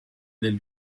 del